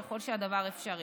ככל שהדבר אפשרי.